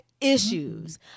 issues